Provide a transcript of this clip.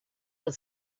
was